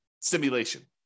simulation